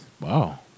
Wow